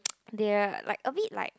they are like a bit like